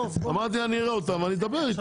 אמרתי שאני אראה אותם ואני אדבר איתם.